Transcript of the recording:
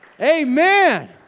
amen